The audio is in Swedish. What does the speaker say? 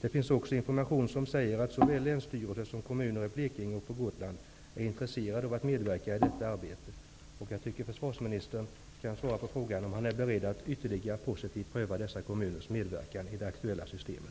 Det finns också information om att såväl Länsstyrelsen i Blekinge som kommunerna där har intresse av att medverka i detta arbete. Jag tycker att försvarsministern bör svara på frågan om huruvida han är beredd att ytterligare positivt pröva möjligheten av dessa kommuners medverkan i det aktuella systemet.